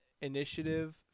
initiative